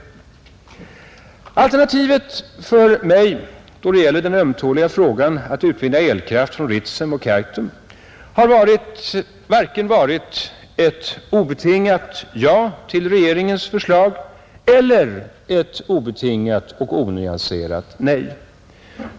Alternativet för mig då det gäller den ömtåliga frågan att utvinna elkraft från Ritsem och Kaitum har varken varit ett obetingat ja till regeringens förslag eller ett obetingat och onyanserat nej.